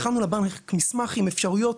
הכנו לבנק מסמך עם אפשרויות,